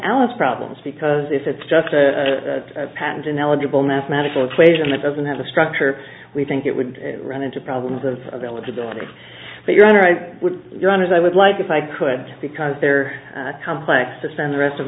alice problems because if it's just a patent an eligible mathematical equation that doesn't have a structure we think it would run into problems of eligibility but your honor i would run as i would like if i could because they're complex to spend the rest of